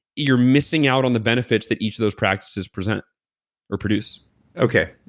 you're missing out on the benefits that each of those practices present or produce okay.